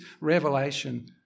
revelation